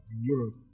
Europe